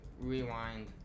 Rewind